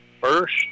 First